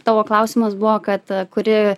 tavo klausimas buvo kad kuri